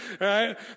right